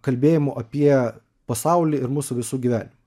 kalbėjimu apie pasaulį ir mūsų visų gyvenimą